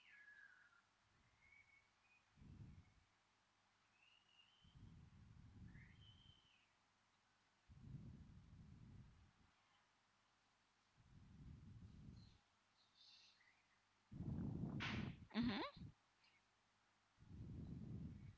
mmhmm